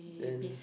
then